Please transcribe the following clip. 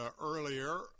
earlier